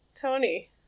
Tony